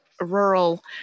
Rural